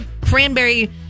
cranberry